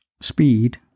Speed